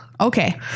okay